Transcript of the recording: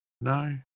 No